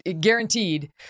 guaranteed